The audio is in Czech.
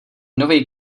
novej